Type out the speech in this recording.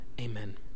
Amen